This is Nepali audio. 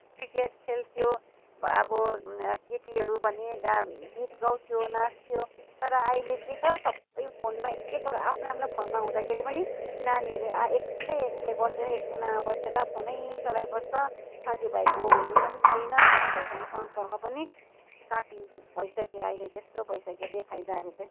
क्रिकेट खेल्थ्यो अब केटीहरू भने गा गीत गाउँथ्यो नाच्थ्यो तर अहिले के छ सबै फोनमा एक एकवटा आफ्नो आफ्नो फोनमा हुँदाखेरि पनि नानीहरू एक्लै एक्लै बसेर एक कुनामा बसेर फोनै चलाइबस्छ साथीभाइको हुनु नहुनु पनि छैन साथीभाइको सम्पर्क पनि काटिन्छ भइसक्यो अहिले त्यस्तो भइसक्यो बेफाइदाहरू चाहिँ